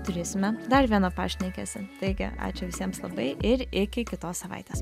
turėsime dar vieną pašnekesį taigi ačiū visiems labai ir iki kitos savaitės